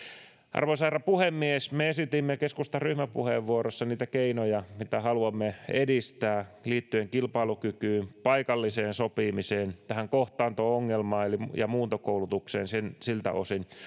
arvoisa herra puhemies me esitimme keskustan ryhmäpuheenvuorossa niitä keinoja mitä haluamme edistää liittyen kilpailukykyyn paikalliseen sopimiseen tähän kohtaanto ongelmaan ja muuntokoulutukseen siltä osin